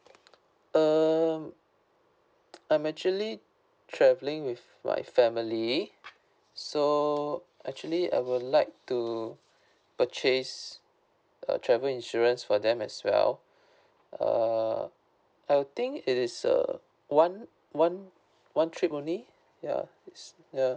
um I'm actually traveling with my family so actually I would like to purchase a travel insurance for them as well uh I think it is uh one one one trip only ya it's ya